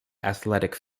athletic